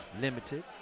limited